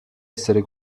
essere